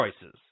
choices